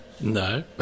No